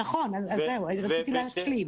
נכון, אני רק אשלים.